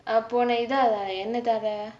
uh போனே இது அது என்னதுக்காக:ponae ithu athu ennathukaagae